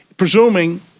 Presuming